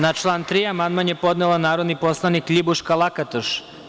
Na član 3. amandman je podnela narodni poslanik LJibuška Lakatoš.